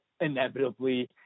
inevitably